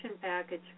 package